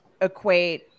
Equate